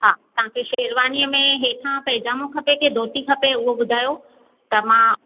हा तव्हांखे शेरवानीअ में हेठियां पैजामो खपे की धोती खपे हूअ ॿुधायो त मां